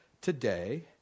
today